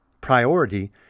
priority